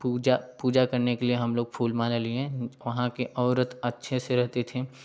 पूजा पूजा करने के लिए हम लोग फूल माला लिए वहाँ के औरत अच्छे से रहती थी